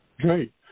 great